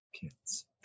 kids